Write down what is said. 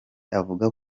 avuga